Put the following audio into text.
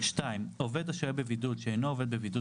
(2)עובד השוהה בבידוד שאינו עובד בבידוד